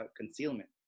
concealment